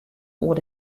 oer